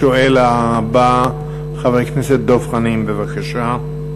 השואל הבא, חבר הכנסת דב חנין, בבקשה.